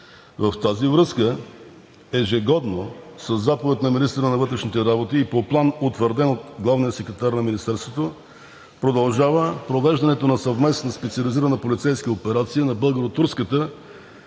В тази връзка ежегодно със заповед на министъра на вътрешните работи и по План, утвърден от главния секретар на Министерството, продължава провеждането на съвместна специализирана полицейска операция на българо-турската